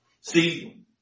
See